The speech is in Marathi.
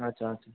अच्छा अच्छा